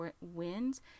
wins